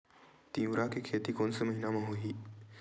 तीवरा के खेती कोन से महिना म होही?